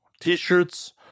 T-shirts